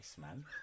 man